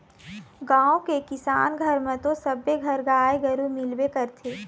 गाँव के किसान घर म तो सबे घर गाय गरु मिलबे करथे